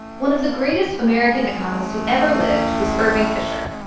one of the greatest american economists who ever lived was irving fisher.